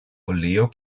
oleo